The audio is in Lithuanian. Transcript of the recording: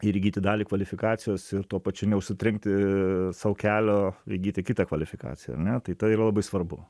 ir įgyti dalį kvalifikacijos ir tuo pačiu neužsitrenkti sau kelio įgyti kitą kvalifikaciją ar ne tai ta yra labai svarbu